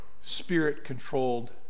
spirit-controlled